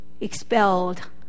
expelled